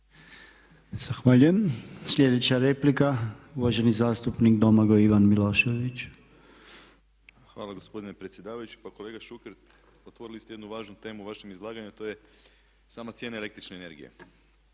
Zahvaljujem. Sljedeća replika uvaženi zastupnik Domagoj Ivan Milošević. **Milošević, Domagoj Ivan (HDZ)** Hvala gospodine predsjedavajući. Pa kolega Šuker otvorili ste jednu važnu temu u vašem izlaganju a to je sama cijena električne energije.